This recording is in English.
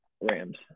Rams